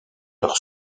leur